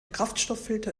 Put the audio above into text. kraftstofffilter